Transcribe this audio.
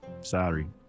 sorry